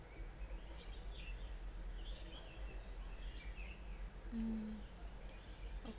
mm